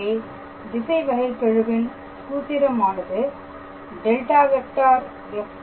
எனவே திசைவகைகெழுவின் சூத்திரம் ஆனது ∇⃗⃗ fP